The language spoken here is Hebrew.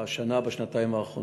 בשנה-שנתיים האחרונות.